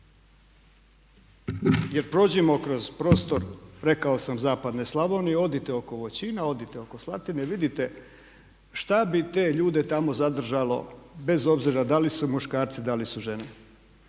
Jer prođimo kroz prostor, rekao sam zapadne Slavonije, odite oko Voćina, odite oko Slatine i vidite šta bi te ljude tamo zadržalo bez obzira da li su muškarci, da li su žene.